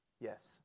Yes